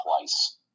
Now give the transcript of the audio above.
twice